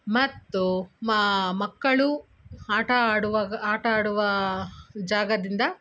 ಮತ್ತು ಮಕ್ಕಳು ಆಟ ಆಡುವಾಗ ಆಟ ಆಡುವ ಜಾಗದಿಂದ